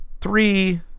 three